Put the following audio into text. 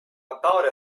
about